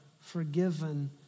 forgiven